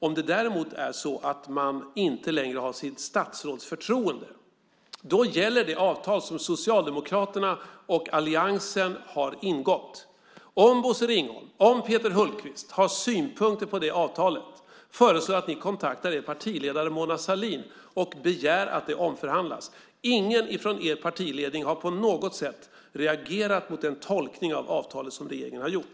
Om det däremot är så att man inte längre har sitt statsråds förtroende gäller det avtal som Socialdemokraterna och alliansen har ingått. Om Bosse Ringholm och Peter Hultqvist har synpunkter på det avtalet föreslår jag att ni kontaktar er partiledare Mona Sahlin och begär att det omförhandlas. Ingen från er partiledning har på något sätt reagerat mot den tolkning av avtalet som regeringen har gjort.